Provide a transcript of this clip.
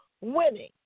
winning